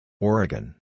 Oregon